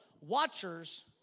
watchers